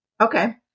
Okay